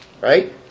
right